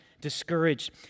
discouraged